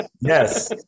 yes